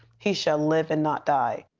he shall live and not die.